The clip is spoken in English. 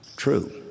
true